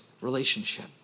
relationship